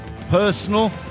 personal